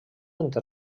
entre